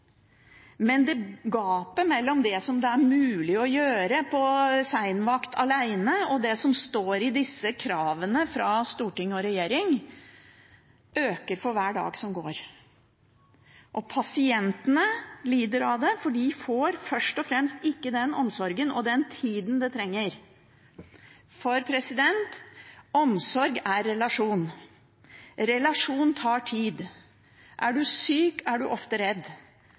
Men gapet mellom det som det er mulig å gjøre på seinvakt alene, og det som står i kravene fra storting og regjering, øker for hver dag som går. Pasientene lider under det. Først og fremst får de ikke den omsorgen og den tiden de trenger. Omsorg er relasjon. Relasjon tar tid. Er man syk, er man ofte redd.